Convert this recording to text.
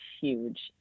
huge